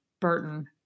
Burton